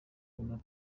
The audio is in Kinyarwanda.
ubu